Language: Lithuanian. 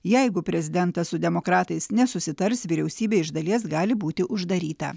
jeigu prezidentas su demokratais nesusitars vyriausybė iš dalies gali būti uždaryta